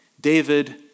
David